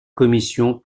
commission